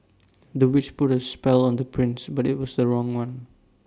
the witch put A spell on the prince but IT was the wrong one